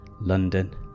london